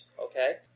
okay